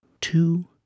Two